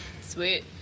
sweet